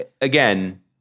again